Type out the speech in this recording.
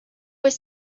was